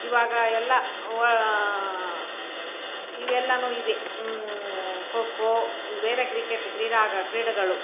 ಇವಾಗ ಎಲ್ಲ ವ ಇವೆಲ್ಲವೂ ಇದೆ ಖೋಖೋ ಬೇರೆ ಕ್ರಿಕೆಟ್ ಕ್ರೀಡೆಗೆ ಕ್ರೀಡೆಗಳು